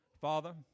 Father